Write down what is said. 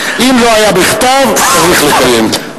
אם לא היה בכתב, צריך לקיים.